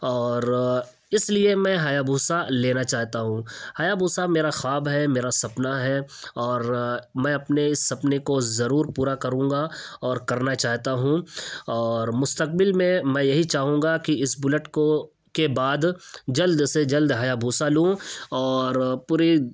اور اس لیے میں ہیابھوسا لینا چاہتا ہوں ہیابھوسا میرا خواب ہے میرا سپنا ہے اور میں اپنے اس سپنے کو ضرور پورا کروں گا اور کرنا چاہتا ہوں اور مستقبل میں میں یہی چاہوں گا کہ اس بلٹ کو کے بعد جلد سے جلد ہیابھوسا لوں اور پوری